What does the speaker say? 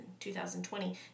2020